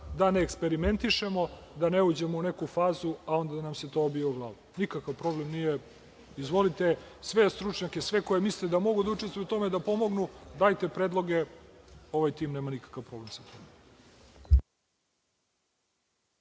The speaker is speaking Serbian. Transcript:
da ne eksperimentišemo, da ne uđemo u neku fazu, a onda da nam se to obije o glavu. Nikakav problem nije. Izvolite, sve stručnjake koji misle da mogu da učestvuju u tome da pomognu, dajte da pomognu, dajte predloge. Ovaj tim nema nikakav problem sa tim.